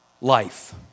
life